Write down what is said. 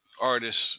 artists